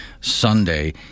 Sunday